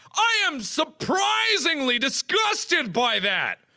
i am surprisingly disgusted by that.